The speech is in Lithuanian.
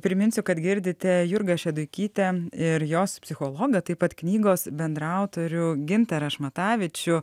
priminsiu kad girdite jurgą šeduikytę ir jos psichologą taip pat knygos bendraautorių gintarą šmatavičių